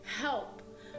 help